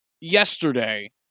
yesterday